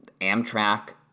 Amtrak